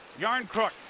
Yarncrook